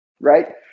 right